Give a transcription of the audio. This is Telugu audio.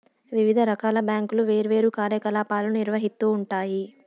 వివిధ రకాల బ్యాంకులు వేర్వేరు కార్యకలాపాలను నిర్వహిత్తూ ఉంటాయి